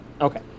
okay